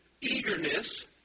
eagerness